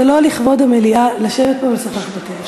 זה לא לכבוד המליאה לשבת פה ולשוחח בטלפון.